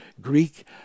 Greek